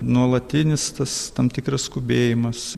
nuolatinis tas tam tikras skubėjimas